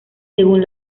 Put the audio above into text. según